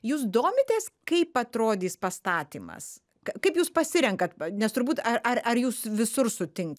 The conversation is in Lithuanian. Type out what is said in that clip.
jūs domitės kaip atrodys pastatymas ka kaip jūs pasirenkat nes turbūt ar ar ar jūs visur sutinka